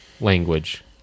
language